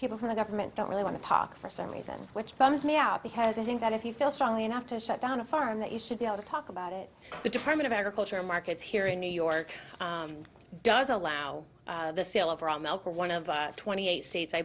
people who the government don't really want to talk for some reason which bums me out because i think that if you feel strongly enough to shut down a farm that you should be able to talk about it the department of agriculture markets here in new york does allow the sale of raw milk or one of twenty eight states i